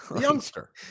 Youngster